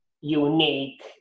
unique